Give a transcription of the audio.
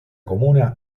comuna